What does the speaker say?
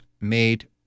made